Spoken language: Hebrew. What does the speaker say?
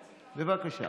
בבקשה.